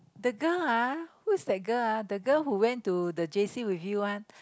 the girl ah who is that girl ah the girl who went to the J_C with you [one]